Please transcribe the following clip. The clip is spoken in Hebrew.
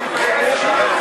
התשע"ה 2015,